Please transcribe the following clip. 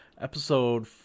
episode